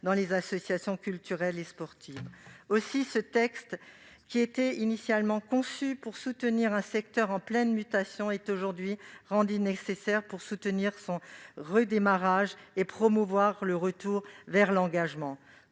dans les associations culturelles et sportives. Aussi, ce texte initialement conçu pour soutenir un secteur en pleine mutation est aujourd'hui rendu nécessaire pour soutenir son redémarrage et promouvoir le retour vers l'engagement.